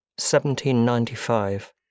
1795